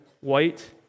white